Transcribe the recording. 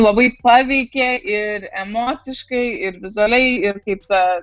labai paveikė ir emociškai ir vizualiai ir kaip